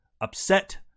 upset